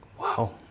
Wow